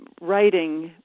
writing